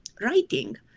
writing